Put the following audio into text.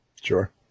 sure